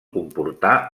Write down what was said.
comportà